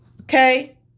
Okay